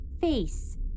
Face